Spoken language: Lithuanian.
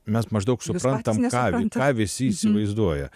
mes maždaug suprantam ką visi įsivaizduoja